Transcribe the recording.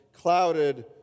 clouded